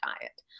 diet